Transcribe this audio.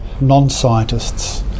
non-scientists